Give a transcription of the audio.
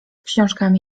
książkami